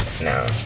No